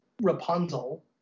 Rapunzel